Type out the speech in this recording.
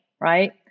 right